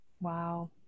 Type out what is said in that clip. Wow